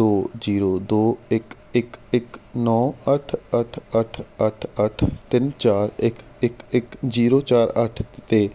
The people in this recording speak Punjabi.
ਦੋ ਜ਼ੀਰੋ ਦੋ ਇੱਕ ਇੱਕ ਇੱਕ ਨੌ ਅੱਠ ਅੱਠ ਅੱਠ ਅੱਠ ਅੱਠ ਤਿੰਨ ਚਾਰ ਇੱਕ ਇੱਕ ਇੱਕ ਜ਼ੀਰੋ ਚਾਰ ਅੱਠ 'ਤੇ